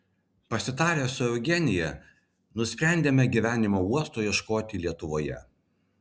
pasitarę su eugenija nusprendėme gyvenimo uosto ieškoti lietuvoje